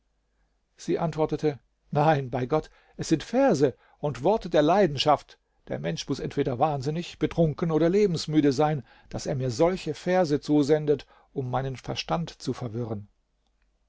sie antwortete nein bei gott es sind verse und worte der leidenschaft der mensch muß entweder wahnsinnig betrunken oder lebensmüde sein daß er mir solche verse zusendet um meinen verstand zu verwirren